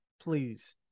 please